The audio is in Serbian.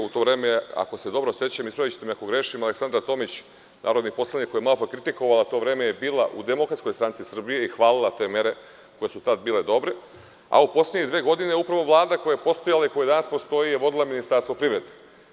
U to vreme, ako se dobro sećam, ispravićete me ako grešim, Aleksandara Tomić, narodni poslanik koja je malopre kritikovala to vreme, je bila u Demokratskoj stranci Srbije i hvalila te mere koje su tada bile dobre, a u poslednje dve godine upravo Vlada koja je postojala i koja danas postoji je vodila Ministarstvo privrede.